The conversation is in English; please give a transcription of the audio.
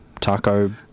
taco